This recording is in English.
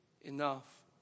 enough